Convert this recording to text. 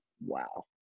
wow